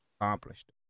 accomplished